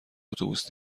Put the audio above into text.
اتوبوس